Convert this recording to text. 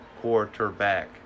quarterback